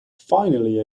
finally